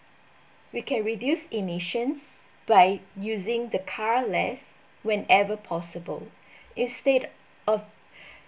we can reduce emissions by using the car less whenever possible instead of